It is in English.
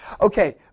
Okay